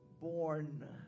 born